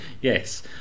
yes